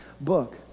book